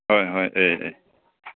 ꯍꯣꯏ ꯍꯣꯏ ꯑꯦ ꯑꯦ